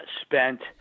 Spent